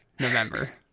November